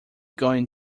going